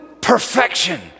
perfection